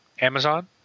Amazon